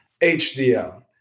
HDL